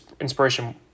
inspiration